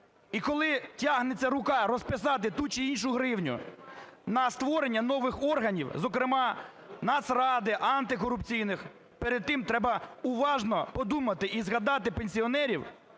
І коли тягнеться рука розписати ту чи іншу гривню на створення нових органів, зокрема Нацради, антикорупційних, перед тим треба уважно подумати і згадати пенсіонерів,